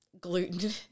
gluten